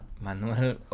manuel